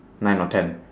nine or ten